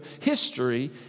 history